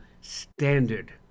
standard